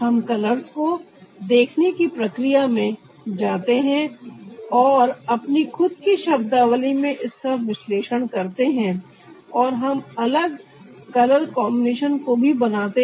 हम कलर्स को देखने की प्रक्रिया में जाते हैं और अपनी खुद की शब्दावली में इसका विश्लेषण करते हैं और हम अलग कलर कॉन्बिनेशन को भी बनाते हैं